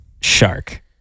shark